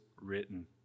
written